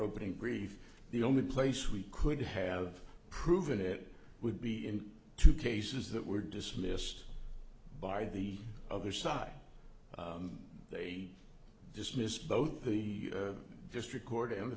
opening grief the only place we could have proven it would be in two cases that were dismissed by the other side they dismissed both the district court in the